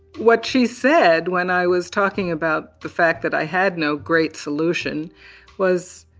what she said when i was talking about the fact that i had no great solution was,